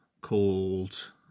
called